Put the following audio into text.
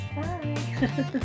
Bye